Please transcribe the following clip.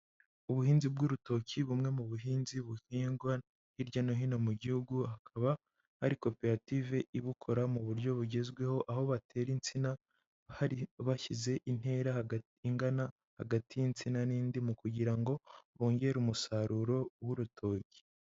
Ubuhinzi bw'urutoki, bumwe mu buhinzi buhingwa hirya no hino mu gihugu, hakaba hari koperative ibukora mu buryo bugezweho, aho batera insina, hari, bashyize intera hagati ingana, hagati y'insina n'indi, kugira ngo bongere umusaruro w'urutoki.